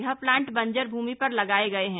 यह प्लांट बंजर भूमि पर लगाए गए हैं